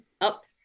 up